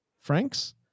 franks